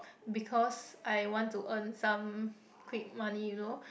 because I want to earn some quick money you know